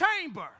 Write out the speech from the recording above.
chamber